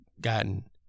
gotten